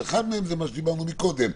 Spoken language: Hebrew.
ואחד מהם זה מה שדיברנו מקודם.